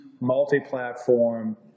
multi-platform